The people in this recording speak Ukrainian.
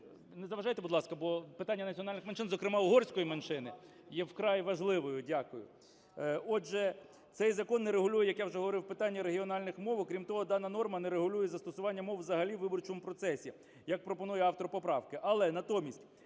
не заважайте, будь ласка, бо питання національних менш, зокрема угорської меншини є вкрай важливою. Дякую. Отже, цей закон не регулює, як вже говорив, питання регіональних мов. Окрім того, дана норма не регулює застосування мов взагалі у виборчому процесі, як пропонує автор поправки.